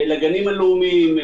לגנים הלאומיים.